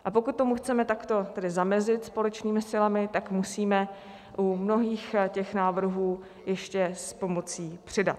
A pokud tomu chceme takto tedy zamezit společnými silami, tak musíme u mnohých těch návrhů ještě s pomocí přidat.